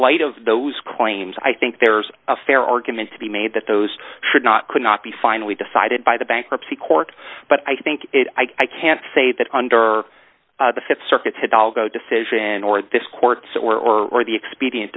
light of those claims i think there's a fair argument to be made that those should not could not be finally decided by the bankruptcy court but i think i can't say that under the th circuit it all go decision or this court's or or or the expedient